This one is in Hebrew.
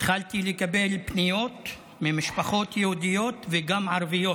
התחלתי לקבל פניות ממשפחות יהודיות וגם ערביות